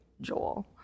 Joel